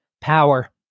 power